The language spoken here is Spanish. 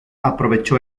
aprovechó